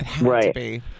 Right